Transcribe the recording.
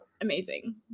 Amazing